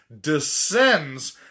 descends